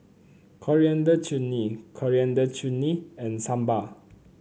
Coriander Chutney Coriander Chutney and Sambar